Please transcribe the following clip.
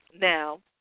Now